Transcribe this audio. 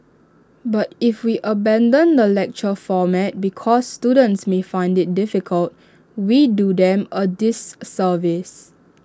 but if we abandon the lecture format because students may find IT difficult we do them A disservice